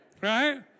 right